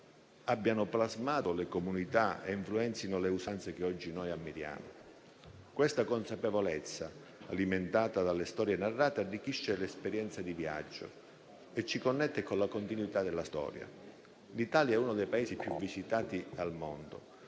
abbiano plasmato le comunità e influenzino le usanze che oggi ammiriamo. Questa consapevolezza, alimentata dalle storie narrate, arricchisce l'esperienza di viaggio e ci connette con la continuità della storia. L'Italia è uno dei Paesi più visitati al mondo